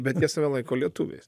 bet jie save laiko lietuviais